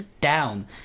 down